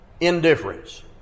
indifference